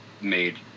made